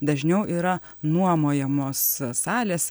dažniau yra nuomojamos salės